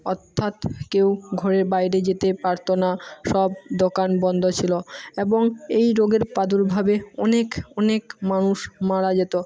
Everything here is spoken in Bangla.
অর্থাৎ কেউ ঘরের বাইরে যেতে পারতো না সব দোকান বন্ধ ছিলো এবং এই রোগের প্রাদুর্ভাবে অনেক অনেক মানুষ মারা যেতো